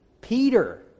Peter